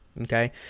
okay